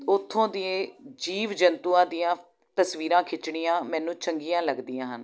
ਉੱਥੋਂ ਦੇ ਜੀਵ ਜੰਤੂਆਂ ਦੀਆਂ ਤਸਵੀਰਾਂ ਖਿੱਚਣੀਆਂ ਮੈਨੂੰ ਚੰਗੀਆਂ ਲੱਗਦੀਆਂ ਹਨ